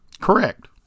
Correct